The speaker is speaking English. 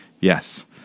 Yes